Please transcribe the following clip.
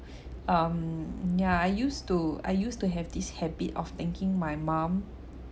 um yeah I used to I used to have this habit of thanking my mom